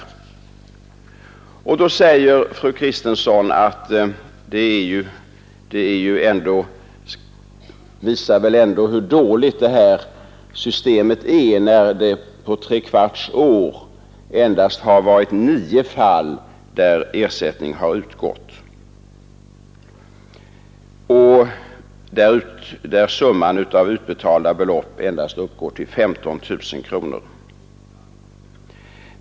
Ersättning för per Då säger fru Kristensson att den omständigheten att det på tre kvarts ST enn Ere av brott år utgått ersättning endast i nio fall, där summan av utbetalda belopp uppgår till endast 15 000 kronor, visar väl hur dåligt systemet är.